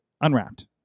Unwrapped